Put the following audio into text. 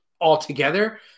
altogether